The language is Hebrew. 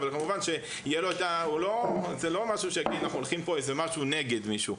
אבל כמובן שזה לא משהו שאנחנו הולכים פה במשהו נגד מישהו,